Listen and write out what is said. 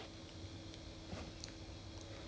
like as in on on 那时有一天 suay suay like